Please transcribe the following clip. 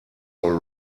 all